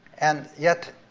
and yet,